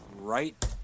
right